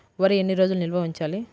వరి ఎన్ని రోజులు నిల్వ ఉంచాలి?